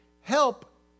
help